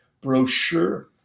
brochure